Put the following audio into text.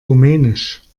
rumänisch